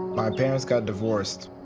my parents got divorced.